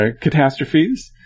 catastrophes